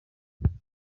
bank